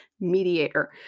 mediator